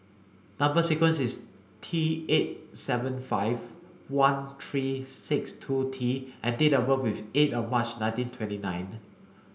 number sequence is T eight seven five one three six two T and date of birth is eight of March nineteen twenty nine